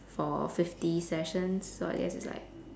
for fifty sessions so I guess it's like